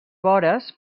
vores